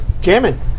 Jamming